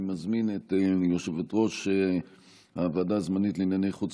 אני מזמין את יושבת-ראש הוועדה הזמנית לענייני חוץ